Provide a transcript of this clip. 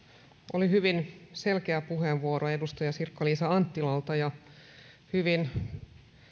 oli hyvin selkeä puheenvuoro edustaja sirkka liisa anttilalta jossa hyvin